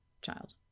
child